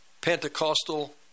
Pentecostal